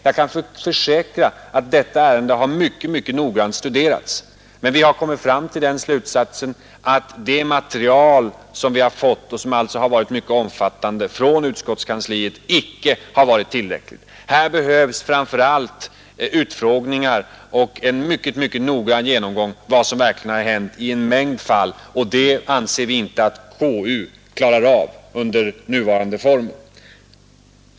Jag vill försäkra att detta ärende mycket noggrant har studerats, men vi har kommit fram till den slutsatsen att det material — och det har varit mycket omfattande — som vi har fått från utskottskansliet icke har varit tillräckligt. Här behövs framför allt utfrågningar och en mycket noggrann genomgång av vad som verkligen hänt i en mängd fall, och det anser vi inte att konstitutionsutskottet klarar under nuvarande granskningsformer.